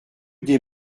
des